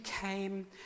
came